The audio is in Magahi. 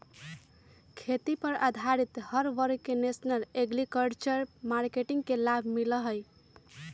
खेती पर आधारित हर वर्ग के नेशनल एग्रीकल्चर मार्किट के लाभ मिला हई